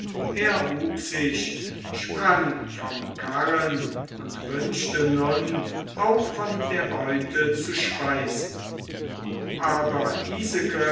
hub sich sprang vom karren und wünschte nun auch von der beute zu speisen aber